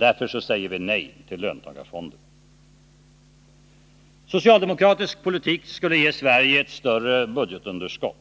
Därför säger vi nej till löntagarfonder. Socialdemokratisk politik skulle ge Sverige ett större budgetunderskott.